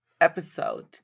episode